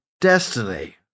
destiny